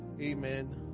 amen